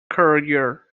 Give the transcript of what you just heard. career